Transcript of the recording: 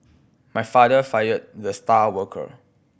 my father fired the star worker